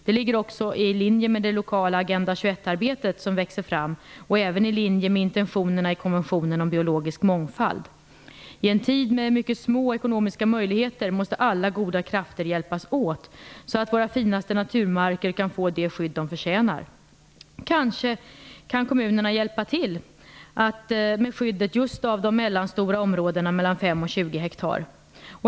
Det ligger också i linje med det lokala Agenda 21-arbete som nu växer fram och även i linje med intentionerna i konventionen om biologisk mångfald. I en tid med mycket små ekonomiska möjligheter måste alla goda krafter hjälpas åt så att våra finaste naturmarker kan få det skydd de förtjänar. Kanske kan kommunerna hjälpa till med skyddet av just de mellanstora områdena på mellan 5 och 20 hektar.